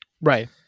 Right